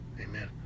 Amen